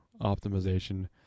optimization